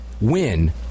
win